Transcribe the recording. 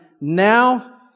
now